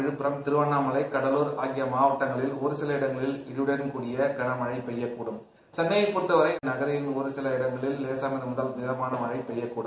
விழுப்புறம் திருவண்ணாமலை கடலூர் ஆகிய மாவட்டங்களில் ஒரு சில இடங்களில் இடியுடன் கடிய கனமழை பெய்யக்கூட்ட சென்னைய பொறுத்தவரை ஒரு சில இடங்களில் லேசானது முதல் மிதமான மழை பெய்யக்கூடும்